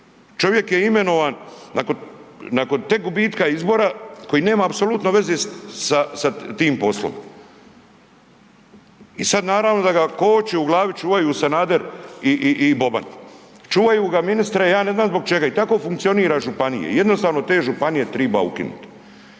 čovjek je imenovan nakon tek gubitka izbora koji nema apsolutno veze sa tim poslom. I sad naravno da ga koči u glavi, čuvaju Sanader i Boban. Čuvaju ga ministre ja ne znam zbog čega i tako funkcionira županija. Jednostavno te županije triba ukinuti